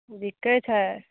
बिकय छै